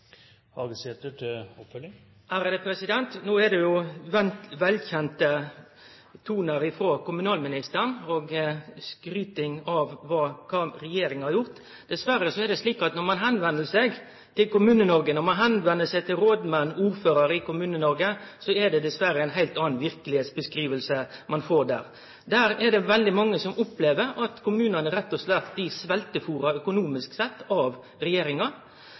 No er det jo velkjende tonar frå kommunalministaren og skryt av kva regjeringa har gjort. Dessverre er det slik at når man vender seg til Kommune-Noreg, når man vender seg til rådmenn og ordførarar i Kommune-Noreg, er det ei heilt anna verkelegheitsbeskriving ein får der. Det er veldig mange som opplever at kommunane rett og slett blir sveltefôra økonomisk sett av regjeringa.